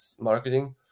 marketing